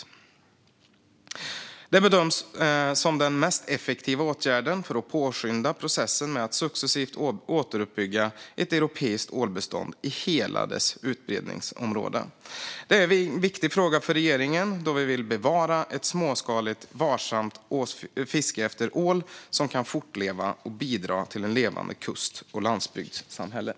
Detta bedöms som den mest effektiva åtgärden för att påskynda processen med att successivt återuppbygga ett europeiskt ålbestånd i hela utbredningsområdet. Det här är en viktig fråga för regeringen, då vi vill bevara ett småskaligt och varsamt fiske efter ål som kan fortleva och bidra till levande kust och landsbygdssamhällen.